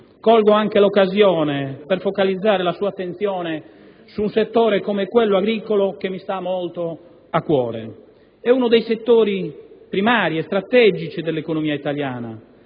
Colgo anche l'occasione per richiamare la sua attenzione sul settore agricolo, che mi sta molto a cuore. Si tratta di uno dei settori primari e strategici dell'economia italiana,